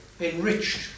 enriched